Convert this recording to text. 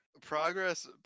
Progress